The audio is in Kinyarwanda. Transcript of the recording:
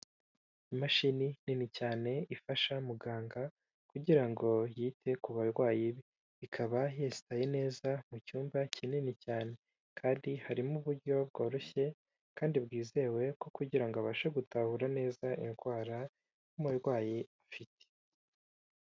Imashini nini cyane ifasha muganga kugira ngo yite ku barwayi, ikaba yesitaye neza mu cyumba kinini cyane, kandi harimo uburyo bworoshye kandi bwizewe bwo kugirango abashe gutahura neza indwara umurwayi afite.